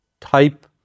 type